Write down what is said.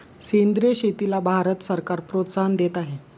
सेंद्रिय शेतीला भारत सरकार प्रोत्साहन देत आहे